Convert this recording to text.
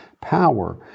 power